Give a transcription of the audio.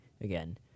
again